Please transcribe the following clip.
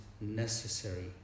necessary